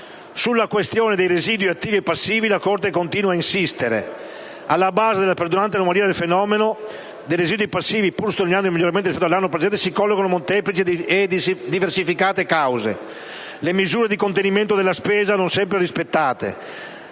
Sulla questione dei residui attivi e dei residui passivi, la Corte continua ad insistere. Alla base della perdurante anomalia del fenomeno dei residui passivi, pur sottolineando miglioramenti rispetto all'anno precedente, si collocano molteplici e diversificate cause: le misure di contenimento della spesa non sempre rispettate,